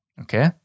Okay